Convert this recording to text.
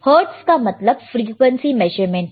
hertz का मतलब frequency measurement है